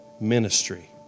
ministry